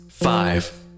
Five